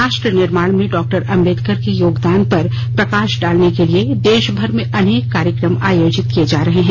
राष्ट्र निर्माण में डॉ आम्बेडकर के योगदान पर प्रकाश डालने के लिए देशभर में अनेक कार्यक्रम आयोजित किए जा रहे हैं